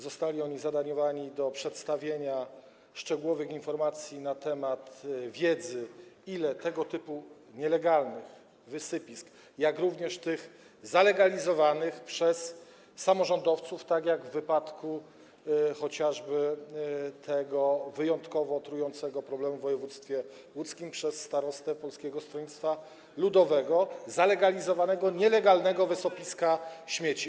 Zostali oni zadaniowani do przedstawienia szczegółowych informacji na temat wiedzy, ile jest tego typu nielegalnych wysypisk, jak również tych zalegalizowanych przez samorządowców, tak jak w wypadku chociażby tego wyjątkowo trującego problemu w województwie łódzkim, zalegalizowanego przez starostę z Polskiego Stronnictwa Ludowego, nielegalnego wysypiska śmieci.